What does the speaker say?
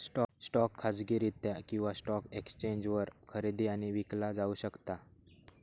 stock खाजगीरित्या किंवा stock एक्सचेंजवर खरेदी आणि विकला जाऊ शकता